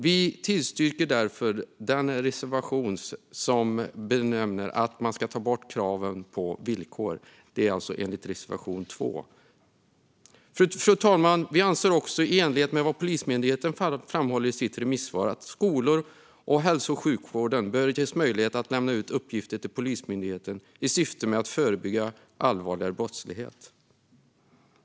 Vi tillstyrker därför den reservation som nämner att man ska ta bort kravet på villkor, reservation 2. Fru talman! Vi anser också, i enlighet med det Polismyndigheten framhåller i sitt remissvar, att skolor och hälso och sjukvård bör ges möjlighet att lämna ut uppgifter till Polismyndigheten i syfte att förebygga allvarligare brottslighet.